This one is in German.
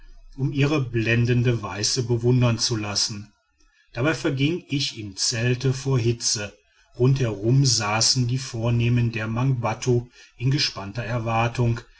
um ihre blendende weiße bewundern zu lassen dabei verging ich im zelt vor hitze rundherum saßen die vornehmen der mangbattu in gespannter erwartung